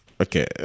okay